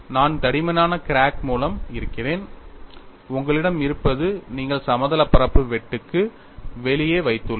நான் தடிமனான கிராக் மூலம் இருக்கிறேன் உங்களிடம் இருப்பது நீங்கள் சமதளப் பரப்பு வெட்டுக்கு வெளியே வைத்துள்ளேர்கள்